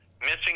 missing